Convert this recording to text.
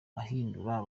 ahindura